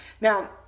Now